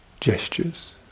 gestures